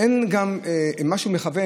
גם אין גם משהו מכוון,